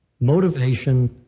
motivation